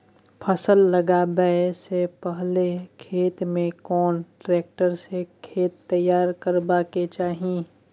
फसल लगाबै स पहिले खेत में कोन ट्रैक्टर स खेत तैयार करबा के चाही?